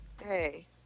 hey